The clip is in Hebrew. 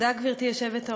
תודה, גברתי היושבת-ראש.